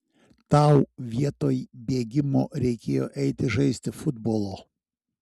tau vietoj bėgimo reikėjo eiti žaisti futbolo